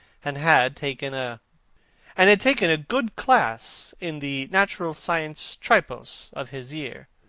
and had taken a and had taken a good class in the natural science tripos of his year.